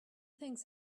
thinks